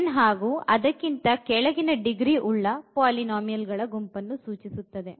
n ಹಾಗು ಅದಕ್ಕಿಂತ ಕೆಳಗಿನ ಡಿಗ್ರಿ ಉಳ್ಳ ಪಾಲಿನೋಮಿಯಲ್ ಗಳ ಗುಂಪನ್ನು ಸೂಚಿಸುತ್ತದೆ